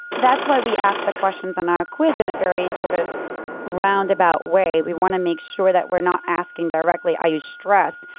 that's why we ask the questions on our quiz in a very sort of roundabout way. we want to make sure that we're not asking directly, are you stressed?